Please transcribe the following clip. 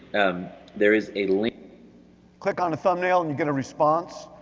um there is a link click on a thumbnail and you get a response.